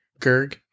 Gerg